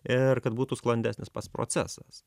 ir kad būtų sklandesnis pats procesas